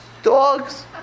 Dogs